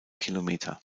kilometer